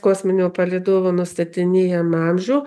kosminio palydovo nustatinėjam amžių